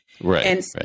Right